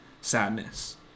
sadness